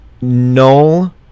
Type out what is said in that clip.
null